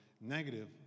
negative